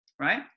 Right